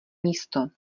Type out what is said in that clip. místo